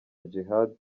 djihad